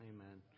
Amen